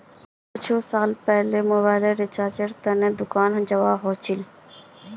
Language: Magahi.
कुछु साल पहले तक मोबाइल रिचार्जेर त न दुकान जाबा ह छिले